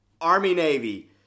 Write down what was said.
Army-Navy